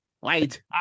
wait